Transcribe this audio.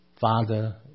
Father